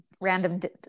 random